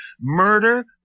Murder